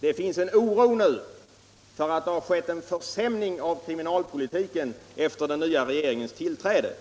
Det finns en oro nu för att det har skett en försämring av kriminalpolitiken efter den nya regeringens tillträde.